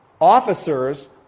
officers